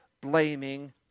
blaming